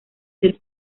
del